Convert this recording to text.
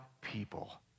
people